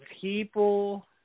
people